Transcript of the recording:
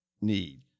need